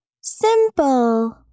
simple